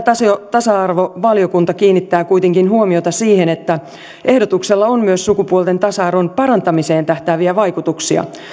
tasa arvovaliokunta kiinnittää kuitenkin huomiota siihen että ehdotuksella on myös sukupuolten tasa arvon parantamiseen tähtääviä vaikutuksia